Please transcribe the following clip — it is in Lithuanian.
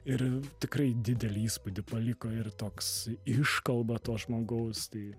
ir tikrai didelį įspūdį paliko ir toks iškalba to žmogaus tai